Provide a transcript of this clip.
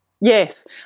Yes